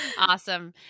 Awesome